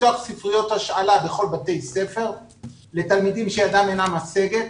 לפתוח ספריות השאלה בכל בתי הספר לתלמידים שידם אינה משגת,